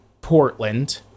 Portland